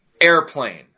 airplane